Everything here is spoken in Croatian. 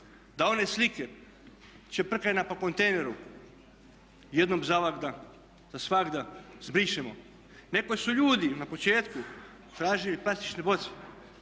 da one slike čeprkanja po kontejneru jednom zasvagda zbrišemo. Nekoć su ljudi na početku tražili plastične boce,